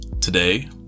Today